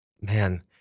man